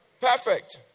Perfect